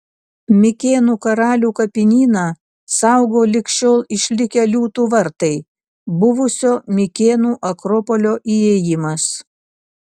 mikėnų karalių kapinyną saugo lig šiol išlikę liūtų vartai buvusio mikėnų akropolio įėjimas